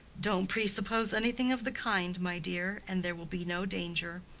don't presuppose anything of the kind, my dear, and there will be no danger.